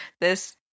this-